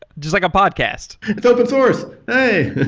just like a podcast it's open source. hey!